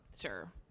sure